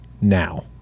now